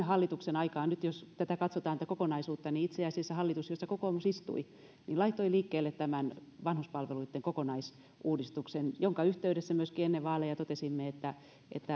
hallituksen aikaan nyt jos katsotaan tätä kokonaisuutta niin itse asiassa hallitus jossa kokoomus istui laittoi liikkeelle tämän vanhuspalveluitten kokonaisuudistuksen jonka yhteydessä myöskin ennen vaaleja totesimme että